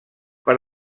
per